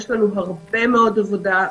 יש לנו הרבה מאד עבודה.